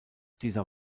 dieser